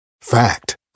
Fact